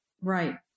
Right